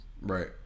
Right